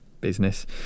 business